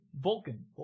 Vulcan